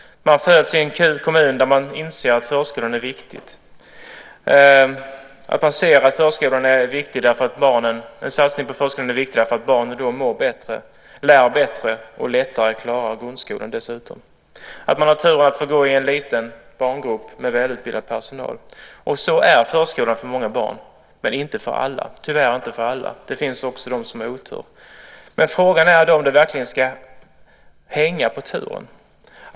De föds i en kommun där man inser att en satsning på förskolan är viktig eftersom barnen då mår bättre, lär sig bättre och dessutom lättare klarar grundskolan. Dessa barn har tur och får gå i en liten barngrupp med välutbildad personal. Sådan är förskolan för många barn, men inte för alla - tyvärr. Det finns också de som har otur. Frågan är då om detta ska hänga på tur.